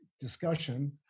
discussion